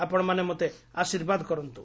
ଆପଶମାନେ ମୋତେ ଆଶୀର୍ବାଦ କରନ୍ତୁ